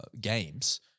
games